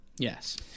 yes